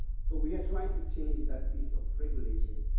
so we're trying to change that piece of regulation.